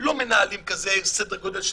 לא מנהלים עמותה בסדר גודל כזה.